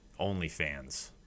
OnlyFans